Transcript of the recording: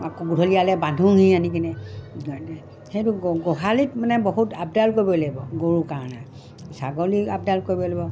আকৌ গধূলি ইয়ালৈ বান্ধোহি আনি কিনে সেইটো গোহালিত মানে বহুত আপডাল কৰিবই লাগিব গৰুৰ কাৰণে ছাগলীক আপডাল কৰিব লাগিব